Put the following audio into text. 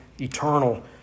eternal